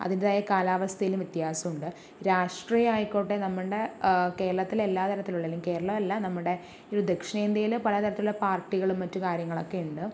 അതിൻ്റെതായ കാലാവസ്ഥയിലും വ്യത്യാസമുണ്ട് രാഷ്ട്രീയമായിക്കോട്ടെ നമ്മളുടെ കേരളത്തിലെ എല്ലാ തരത്തിലുള്ള അല്ലെങ്കിൽ കേരളം അല്ല നമ്മുടെ ഒരു ദക്ഷിണേന്ത്യയിലെ പലതരത്തിലുള്ള പാർട്ടികളും മറ്റു കാര്യങ്ങളൊക്കെ ഉണ്ട്